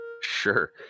Sure